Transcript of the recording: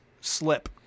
slip